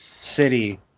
City